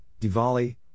Diwali